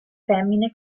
femmine